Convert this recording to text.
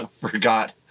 forgot